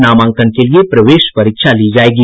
नामांकन के लिये प्रवेश परीक्षा ली जायेगी